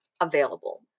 available